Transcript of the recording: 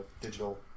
digital